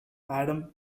adam